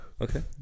okay